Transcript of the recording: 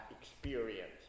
experience